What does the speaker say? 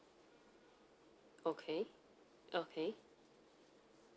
okay okay